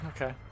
Okay